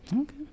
Okay